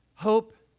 Hope